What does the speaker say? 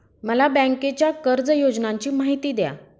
मला बँकेच्या कर्ज योजनांची माहिती द्या